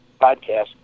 podcast